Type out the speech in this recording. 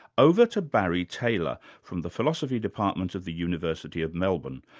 over to barry taylor, from the philosophy department of the university of melbourne,